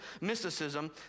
mysticism